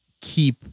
keep